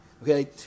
Okay